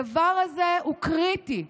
הדבר הזה הוא קריטי,